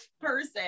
person